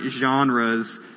genres